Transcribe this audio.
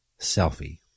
selfie